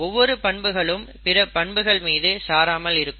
ஒவ்வொரு பண்புகளும் பிற பண்புகள் மீது சாராமல் இருக்கும்